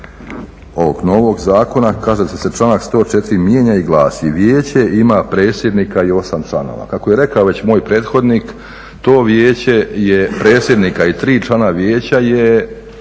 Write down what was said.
ovog novog zakona. Kaže da se članak 104. mijenja i glasi, Vijeće ima predsjednika i 8 članova. Kako je rekao već moj prethodnik, to vijeće je predsjednika i 3 člana vijeća je